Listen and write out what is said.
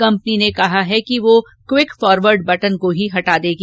company ने कहा है कि वह क्विकफॉवर्ड बटन को ही हटा देगी